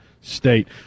state